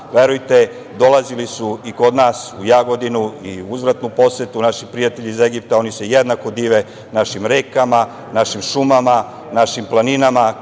verujte, dolazili su i kod nas u Jagodinu u uzvratnu posetu naši prijatelji iz Egipta, oni se jednako dive našim rekama, našim šumama, našim planinama.